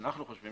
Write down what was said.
אנחנו חושבים